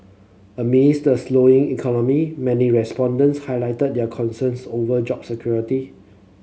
amid's the slowing economy many respondents highlighted their concerns over job security